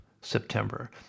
September